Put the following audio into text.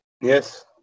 yes